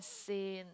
sane